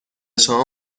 شما